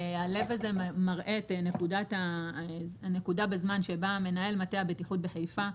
הלב מראה את הנקודה בזמן שבה מנהל מטה הבטיחות בחיפה,